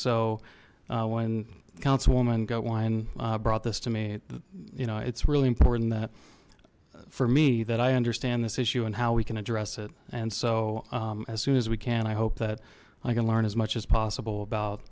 councilwoman got wine brought this to me you know it's really important that for me that i understand this issue and how we can address it and so as soon as we can i hope that i can learn as much as possible about